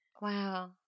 wow